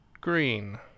green